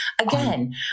again